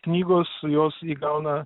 knygos jos įgauna